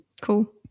Cool